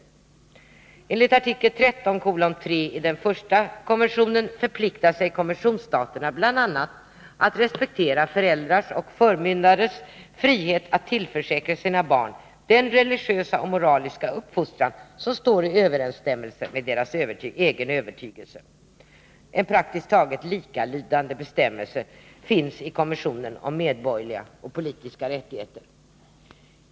Enligt artikel 13:3 i den förstnämnda konventionen förpliktar sig konventionsstaterna bl.a. att respektera föräldrars och förmyndares ”frihet att tillförsäkra sina barn den religiösa och moraliska uppfostran, som står i överensstämmelse med deras egen övertygelse”. En praktiskt taget likalydande bestämmelse finns också i konventionen om medborgerliga och politiska rättigheter.